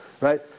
right